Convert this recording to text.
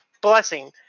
blessing